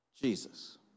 Jesus